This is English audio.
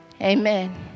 Amen